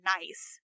nice